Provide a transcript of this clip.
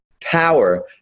power